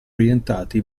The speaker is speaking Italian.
orientati